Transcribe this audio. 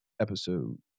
episode